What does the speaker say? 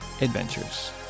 adventures